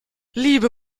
liebe